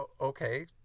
okay